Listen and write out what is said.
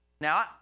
Now